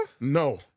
No